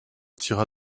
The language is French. tira